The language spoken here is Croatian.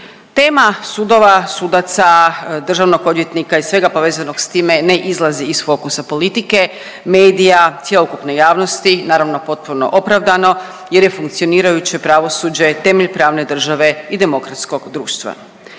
Tema sudova, sudaca, državnog odvjetnika i svega povezanog s time ne izlazi iz fokusa politike, medija, cjelokupne javnosti naravno potpuno opravdano jer je funkcionirajuće pravosuđe temelj pravne države i demokratskog društva.